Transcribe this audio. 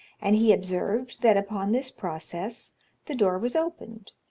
and he observed that upon this process the door was opened.